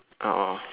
oh oh oh